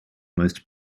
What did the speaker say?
most